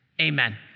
Amen